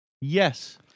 Yes